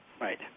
Right